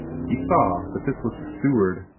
he saw that this was the steward,